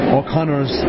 O'Connor's